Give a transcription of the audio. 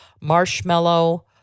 marshmallow